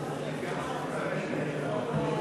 הצבענו,